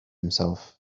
himself